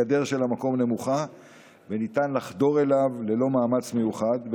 המקום של הגדר נמוך וניתן לחדור אליו ללא מאמץ מיוחד.